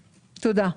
תודה.